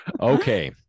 Okay